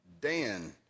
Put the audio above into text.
Dan